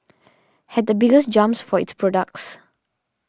had the biggest jumps for its products